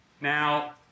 Now